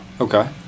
Okay